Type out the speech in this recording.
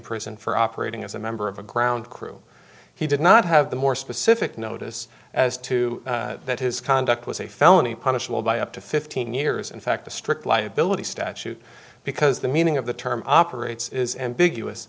prison for operating as a member of a ground crew he did not have the more specific notice as to that his conduct was a felony punishable by up to fifteen years in fact the strict liability statute because the meaning of the term operates is ambiguous